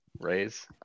raise